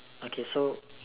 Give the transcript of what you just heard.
okay so